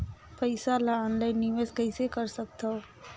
पईसा ल ऑनलाइन निवेश कइसे कर सकथव?